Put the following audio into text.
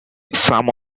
some